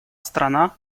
страна